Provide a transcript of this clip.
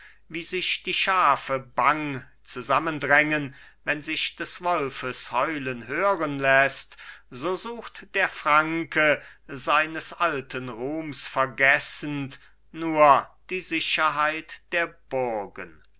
wie sich die schafe bang zusammendrängen wenn sich des wolfes heulen hören läßt so sucht der franke seines alten ruhms vergessend nur die sicherheit der burgen